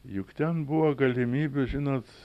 juk ten buvo galimybių žinot